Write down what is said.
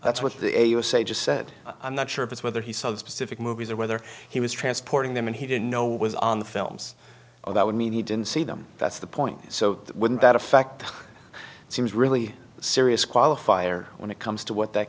that's what they say just said i'm not sure if it's whether he saw the specific movies or whether he was transporting them and he didn't know was on the films or that would mean he didn't see them that's the point so wouldn't that affect it seems really serious qualifier when it comes to what that